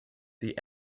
the